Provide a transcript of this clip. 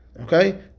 Okay